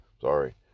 Sorry